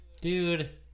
dude